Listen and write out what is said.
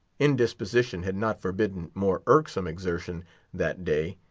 indisposition had not forbidden more irksome exertion that day.